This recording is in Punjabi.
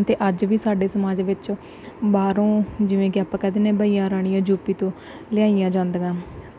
ਅਤੇ ਅੱਜ ਵੀ ਸਾਡੇ ਸਮਾਜ ਵਿੱਚ ਬਾਹਰੋਂ ਜਿਵੇਂ ਕਿ ਆਪਾਂ ਕਹਿ ਦਿੰਦੇ ਬਈਆਂ ਰਾਣੀਆਂ ਯੂਪੀ ਤੋਂ ਲਿਆਈਆਂ ਜਾਂਦੀਆਂ